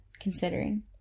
considering